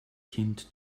kind